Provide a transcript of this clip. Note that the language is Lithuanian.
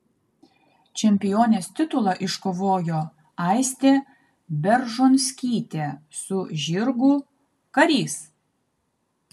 čempionės titulą iškovojo aistė beržonskytė su žirgu karys